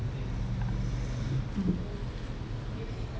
mm